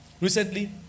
Recently